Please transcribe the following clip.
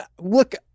look